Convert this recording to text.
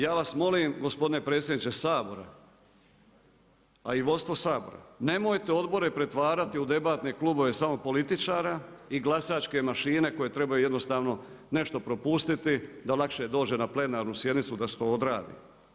Ja vas molim gospodine predsjedniče Sabora, a i vodstvo Sabora, nemojte odbore pretvarati u debatne klubove samo političara i glasačke mašine koje treba jednostavno nešto propustiti da lakše dođe na plenarnu sjednicu da se to odradi.